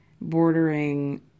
bordering